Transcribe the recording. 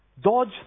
dodge